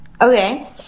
Okay